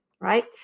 Right